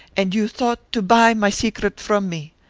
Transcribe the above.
and you thought to buy my secret from me.